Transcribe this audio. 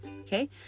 Okay